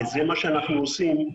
וזה מה שאנחנו עושים,